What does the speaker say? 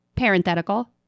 Parenthetical